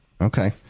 Okay